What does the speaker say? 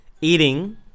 Eating